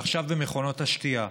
ועכשיו במכונות השתייה,